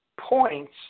points